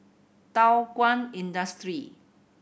Thow Kwang Industry